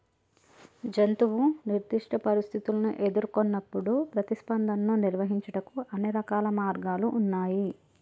జంతువు నిర్దిష్ట పరిస్థితుల్ని ఎదురుకొన్నప్పుడు ప్రతిస్పందనను నిర్వహించుటకు అన్ని రకాల మార్గాలు ఉన్నాయి